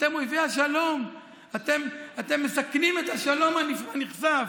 אתם אויבי השלום, אתם מסכנים את השלום הנכסף.